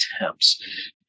attempts